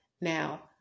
now